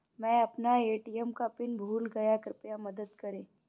मै अपना ए.टी.एम का पिन भूल गया कृपया मदद करें